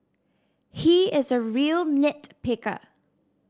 he is a real nit picker